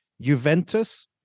Juventus